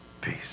peace